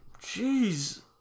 Jeez